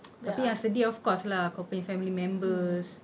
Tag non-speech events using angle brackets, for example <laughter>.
<noise> tapi yang sedih of course lah kau punya family members